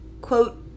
quote